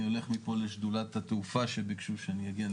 אני הולך מפה לשדולת התעופה שביקשו שאני אגיע.